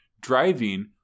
driving